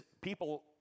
People